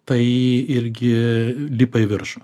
tai irgi lipa į viršų